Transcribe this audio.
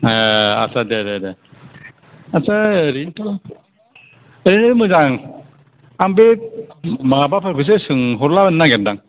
आतसा दे दे आतसा ओरैनोथ' ओरैनो मोजां आं बे माबाफोरखौसो सोंहरलानो नागिरदों आं